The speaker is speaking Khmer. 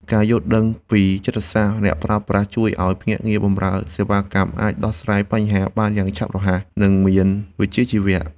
ការយល់ដឹងពីចិត្តសាស្ត្រអ្នកប្រើប្រាស់ជួយឱ្យភ្នាក់ងារបម្រើសេវាកម្មអាចដោះស្រាយបញ្ហាបានយ៉ាងរហ័ស និងមានវិជ្ជាជីវៈ។